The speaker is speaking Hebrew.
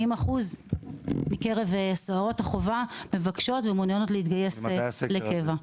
40% מקרב סוהרות החובה מבקשות ומעוניינות להתגייס לקבע.